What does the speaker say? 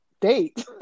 date